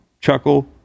chuckle